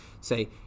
say